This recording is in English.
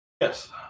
Yes